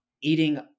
eating